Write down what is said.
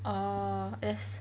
orh that's